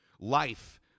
life